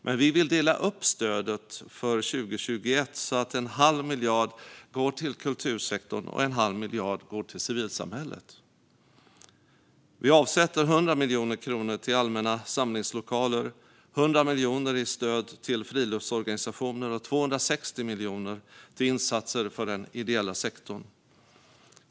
Vi vill dock dela upp stödet för 202l så att en halv miljard går till kultursektorn och en halv miljard till civilsamhället. Vi avsätter 100 miljoner kronor till allmänna samlingslokaler, 100 miljoner till stöd åt friluftsorganisationer och 260 miljoner till insatser för den ideella sektorn.